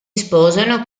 sposano